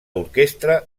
orquestra